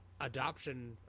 adoption